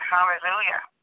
Hallelujah